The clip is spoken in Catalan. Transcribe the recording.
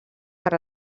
per